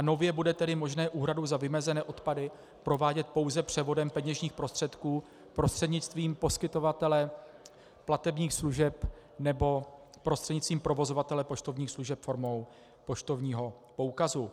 Nově bude tedy možné úhradu za vymezené odpady provádět pouze převodem peněžních prostředků prostřednictvím poskytovatele platebních služeb nebo prostřednictvím provozovatele poštovních služeb formou poštovního poukazu.